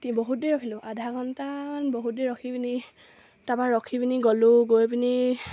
বহুত দেৰি ৰখিলোঁ আধা ঘণ্টামান বহুত দেৰি ৰখি পিনি তাৰপৰা ৰখি পিনি গ'লোঁ গৈ পিনি